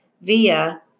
Via